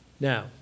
Now